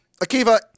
Akiva